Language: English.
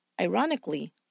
Ironically